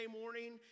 morning